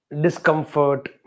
discomfort